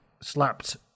slapped